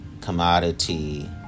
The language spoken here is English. commodity